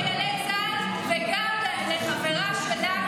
אפשר להודות גם לחיילי צה"ל וגם לחברה שלנו,